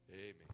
Amen